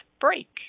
break